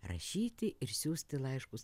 rašyti ir siųsti laiškus